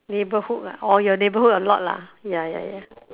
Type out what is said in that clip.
neighborhood lah orh your neighborhood a lot lah ya ya ya